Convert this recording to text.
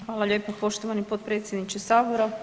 Hvala lijepa poštovani potpredsjedniče sabora.